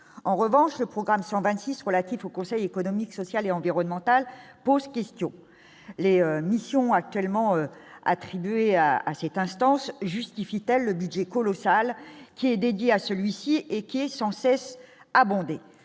en revanche, le programme 126 relatif au Conseil économique, social et environnemental pose question : les missions actuellement attribués à à cette instance justifie-t-elle le budget colossal qui est dédiée à celui-ci et qui est sans cesse abondée